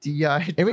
DI